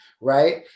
right